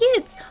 kids